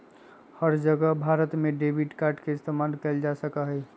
हर जगह भारत में debit card के इस्तेमाल कइल जा सका हई